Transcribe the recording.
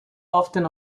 often